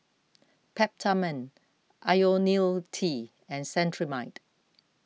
Peptamen Ionil T and Cetrimide